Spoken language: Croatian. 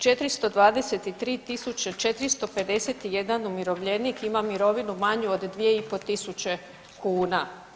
423.451 umirovljenik ima mirovinu manju od 2.500 kuna.